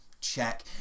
Check